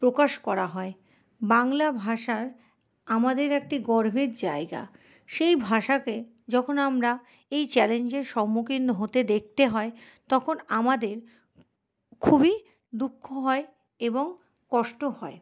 প্রকাশ করা হয় বাংলা ভাষার আমাদের একটি গর্বের জায়গা সেই ভাষাকে যখন আমরা এই চ্যালেঞ্জের সম্মুখীন হতে দেখতে হয় তখন আমাদের খুবই দুঃখ হয় এবং কষ্ট হয়